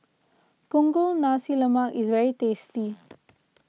Punggol Nasi Lemak is very tasty